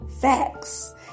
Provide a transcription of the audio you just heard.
facts